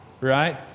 Right